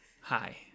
Hi